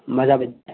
होमबा जाबाय